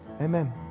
Amen